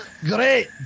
Great